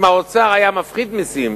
אם האוצר היה מפחית מסים,